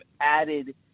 added